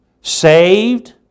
saved